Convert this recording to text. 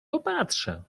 popatrzę